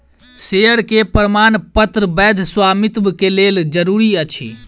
share के प्रमाणपत्र वैध स्वामित्व के लेल जरूरी अछि